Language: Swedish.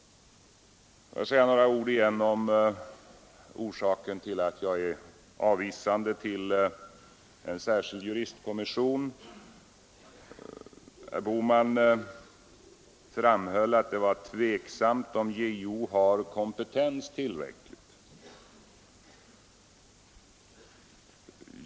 Jag vill säga ytterligare några ord om orsaken till att jag ställer mig avvisande till en särskild juristkommission. Herr Bohman fram höll att det var tveksamt om JO har tillräcklig kompetens.